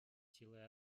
силой